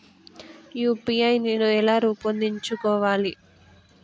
UPI నేను ఎలా రూపొందించుకోవాలి?